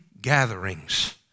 gatherings